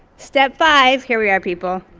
step five, here we are people.